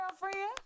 girlfriend